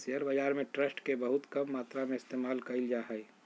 share बाजार में trust के बहुत कम मात्रा में इस्तेमाल कइल जा हई